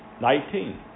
nineteen